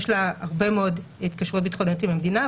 יש לה הרבה מאוד התקשרויות ביטחוניות עם המדינה,